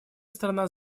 страна